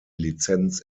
lizenz